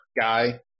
guy